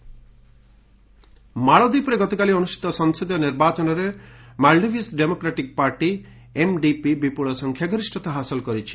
Maldives result ମାଳଦୀପରେ ଗତକାଲି ଅନୁଷ୍ଠିତ ସଂସଦୀୟ ନିର୍ବାଚନରେ ମାଲ୍ଡିଭ୍ସ ଡେମୋକ୍ରାଟିକ୍ ପାର୍ଟି ଏମ୍ଡିପି ବିପୁଳ ସଂଖ୍ୟାଗରିଷ୍ଣତା ହାସଲ କରିଛି